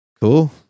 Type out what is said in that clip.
Cool